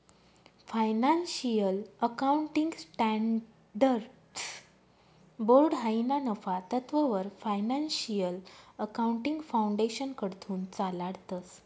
financial accounting standards board हायी ना नफा तत्ववर फायनान्शियल अकाउंटिंग फाउंडेशनकडथून चालाडतंस